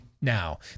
now